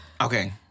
okay